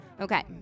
Okay